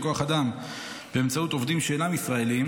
כוח אדם באמצעות עובדים שאינם ישראלים,